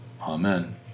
Amen